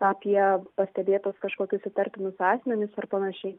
apie pastebėtus kažkokius įtartinus asmenis ar panašiai